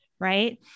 right